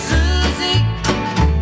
Susie